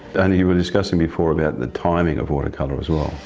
and you were discussing before about the timing of watercolour as well.